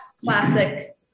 Classic